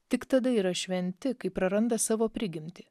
tik tada yra šventi kai praranda savo prigimtį